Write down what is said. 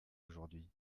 aujourd’hui